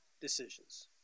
decisions